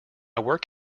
work